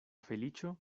feliĉo